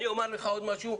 אומר לך עוד משהו,